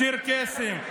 צ'רקסים.